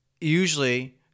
usually